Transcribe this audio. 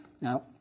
Now